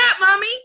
mommy